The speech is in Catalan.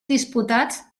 disputats